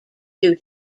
due